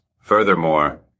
Furthermore